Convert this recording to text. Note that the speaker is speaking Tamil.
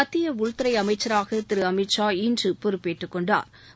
மத்திய உள்துறை அமைச்சராக திரு அமித்ஷா இன்று பொறுப்பேற்றுக் கொண்டாா்